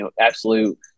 absolute